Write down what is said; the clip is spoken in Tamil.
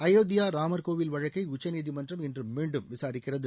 அயோத்தியா ராமர் கோவில் வழக்கை உச்சநீதிமன்றம் இன்று மீண்டும் விசாரிக்கிறது